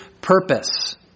purpose